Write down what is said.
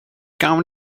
gawn